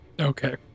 Okay